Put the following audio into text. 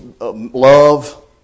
love